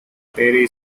perry